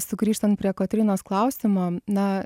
sugrįžtant prie kotrynos klausimo na